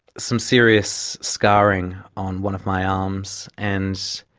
some serious scarring on one of my arms and